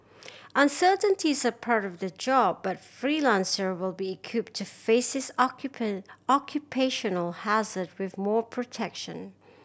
uncertainties are part of their job but freelancer will be equipped to face this occupational hazard with more protection